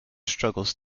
struggles